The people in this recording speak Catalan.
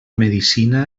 medicina